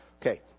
Okay